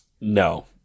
No